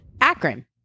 Akron